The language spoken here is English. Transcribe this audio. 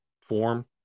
form